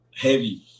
Heavy